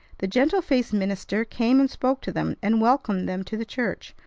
the gentle-faced minister came and spoke to them, and welcomed them to the church,